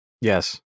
Yes